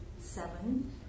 seven